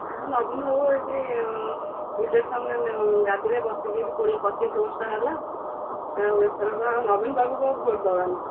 ଆଉ ନବୀନ ବାବୁ ଏଠି ଇଲେକ୍ସନ୍ ଗାଦିରେ ବସିକି ଏଠି କୋଡ଼ିଏ ପଚିଶ ବର୍ଷ ହେଲା ଆଉ ଏଥରକ ନବୀନ ବାବୁକୁ ଆଉ ଭୋଟ୍ ଦେବାନି